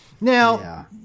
Now